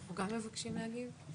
אנחנו גם מבקשים להגיב.